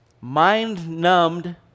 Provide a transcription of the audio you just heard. mind-numbed